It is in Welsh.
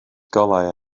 golau